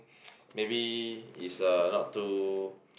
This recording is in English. maybe is a not too